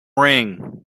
ring